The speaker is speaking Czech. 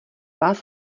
vás